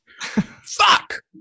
Fuck